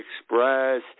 express